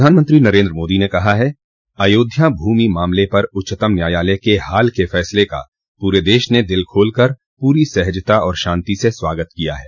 प्रधानमंत्री नरेन्द्र मोदी ने कहा है अयोध्या भूमि मामले पर उच्चतम न्यायालय के हाल के फैसले का पूरे देश ने दिल खोलकर पूरी सहजता और शांति से स्वागत किया है